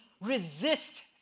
resist